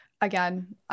Again